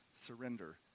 surrender